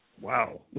Wow